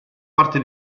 parte